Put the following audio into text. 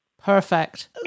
Perfect